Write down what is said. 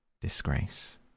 disgrace